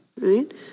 right